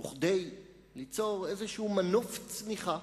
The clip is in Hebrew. וכדי ליצור איזשהו מנוף צמיחה,